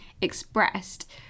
expressed